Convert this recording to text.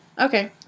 Okay